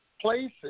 places